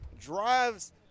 Drives